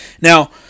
Now